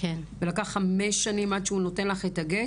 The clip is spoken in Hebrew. ולקח חמש שנים עד שהוא נותן לך את הגט?